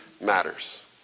matters